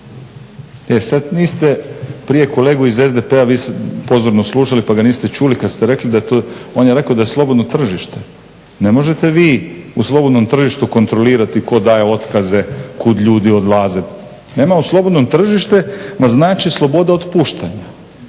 E sad niste prije kolegu iz SDP-a vi pozorno slušali pa ga niste čuli kad ste rekli da je to, on je rekao da je slobodno tržište. Ne možete vi u slobodnom tržištu kontrolirati tko daje otkaze, kud ljudi odlaze. Nema, slobodno tržište vam znači sloboda otpuštanja.